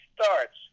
starts